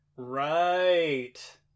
Right